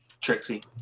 Trixie